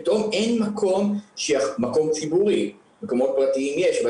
פתאום אין מקום ציבורי מקומות פרטיים יש אבל